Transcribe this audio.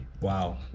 wow